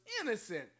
innocent